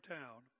town